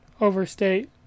overstate